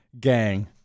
gang